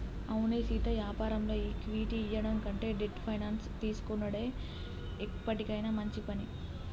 అవునే సీతా యాపారంలో ఈక్విటీ ఇయ్యడం కంటే డెట్ ఫైనాన్స్ తీసుకొనుడే ఎప్పటికైనా మంచి పని